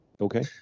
Okay